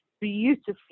beautifully